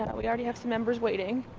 and we already have some members waiting.